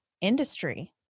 industry